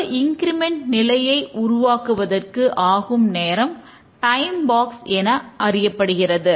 ஒரு இன்கிரிமெண்டல் என அறியப்படுகிறது